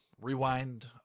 rewind